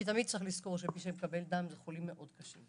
כי תמיד צריך לזכור שמי שמקבל דם אלה חולים מאוד קשים.